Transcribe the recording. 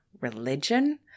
religion